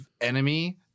enemy